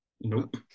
Nope